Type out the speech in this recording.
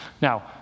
Now